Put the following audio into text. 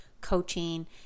coaching